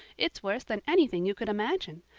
it's worse than anything you could imagine.